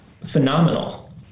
phenomenal